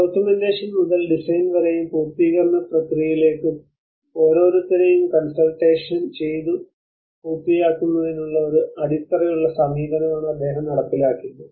documentation മുതൽ design വരെയും പൂർത്തീകരണം പ്രക്രിയയിലേക്കും ഓരോരുത്തരെയും കൺസൾട്ടേഷൻ ചെയ്തു പൂർത്തിയാക്കുന്നതിനുള്ള ഒരു അടിത്തറയുള്ള സമീപനമാണ് അദ്ദേഹം നടപ്പിലാക്കിയത്